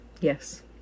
yes